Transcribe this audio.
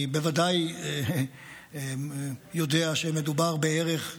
אני בוודאי יודע שמדובר בערך,